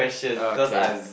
okay